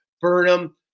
Burnham